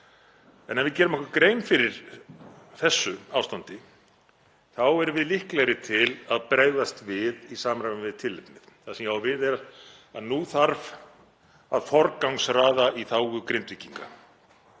En ef við gerum okkur grein fyrir þessu ástandi erum við líklegri til að bregðast við í samræmi við tilefnið. Það sem ég á við er að nú þarf að forgangsraða í þágu Grindvíkinga.